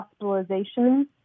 hospitalization